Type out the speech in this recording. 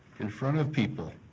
in front of people,